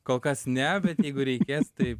kol kas ne bet jeigu reikės taip